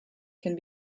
can